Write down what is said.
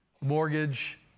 mortgage